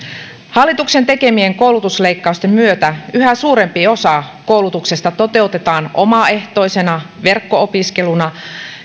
hallituksen tekemien koulutusleikkausten myötä yhä suurempi osa koulutuksesta toteutetaan omaehtoisena verkko opiskeluna